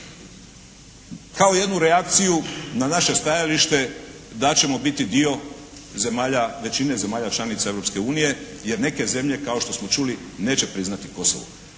kao jednu reakciju na naše stajalište da ćemo biti dio zemalja, većine zemalja članica Europske unije jer neke zemlje kao što smo čuli neće priznati Kosovo.